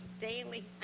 daily